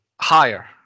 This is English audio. Higher